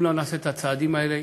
אם לא נעשה את הצעדים האלה,